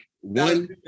one